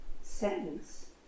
sentence